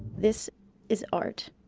this is art